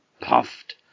puffed